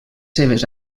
seves